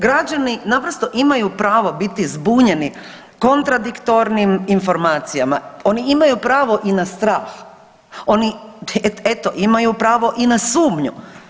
Građani naprosto imaju pravo biti zbunjeni kontradiktornim informacijama, oni imaju pravo i na strah, oni eto imaju pravo i na sumnju.